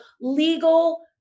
legal